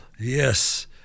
Yes